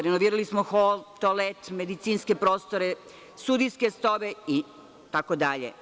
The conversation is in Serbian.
Renovirali smo hol, toalet, medicinske prostore, sudijske sobe, itd.